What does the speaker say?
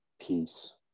Peace